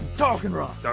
talking rock!